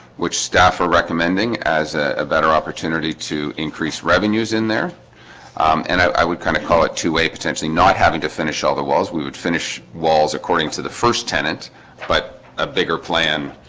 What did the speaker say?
which staff are recommending as ah a better opportunity to increase revenues in there and i would kind of call it to a potentially not having to finish all the walls we would finish walls according to the first tenant but a bigger plan